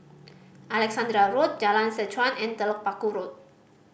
Alexandra Road Jalan Seh Chuan and Telok Paku Road